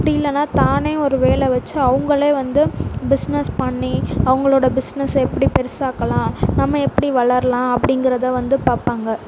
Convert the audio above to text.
அப்படி இல்லைன்னா தானே ஒரு வேலை வச்சு அவங்களே வந்து பிஸினஸ் பண்ணி அவங்களோட பிஸினஸ்ஸை எப்படி பெரிசாக்கலாம் நம்ம எப்படி வளரலாம் அப்டிங்கறதை வந்து பார்ப்பாங்க